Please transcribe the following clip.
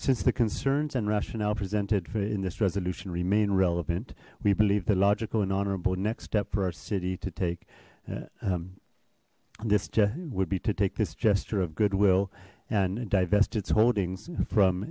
since the concerns and rationale presented in this resolution remain relevant we believe the logical and honorable next step for our city to take um this would be to take this gesture of goodwill and divest its holdings from